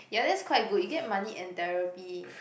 ya that's quite good you get money and therapy